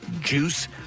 juice